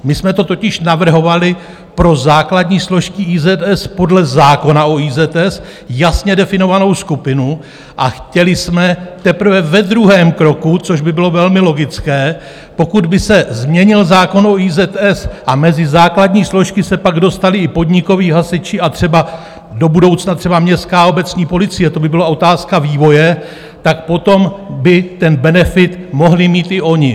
My jsme to totiž navrhovali pro základní složky IZS podle zákona o IZS, jasně definovanou skupinu, a chtěli jsme teprve ve druhém kroku, což by bylo velmi logické, pokud by se změnil zákon o IZS, a mezi základní složky se pak dostali i podnikoví hasiči, a třeba do budoucna třeba městská, obecní policie, to by byla otázka vývoje, tak potom by ten benefit mohli mít i oni.